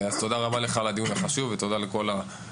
אז תודה רבה לך על קיום הדיון החשוב ותודה לכל הנוכחים.